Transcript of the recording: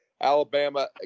Alabama